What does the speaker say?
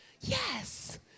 yes